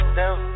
down